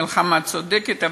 מלחמה צודקת.